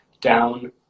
down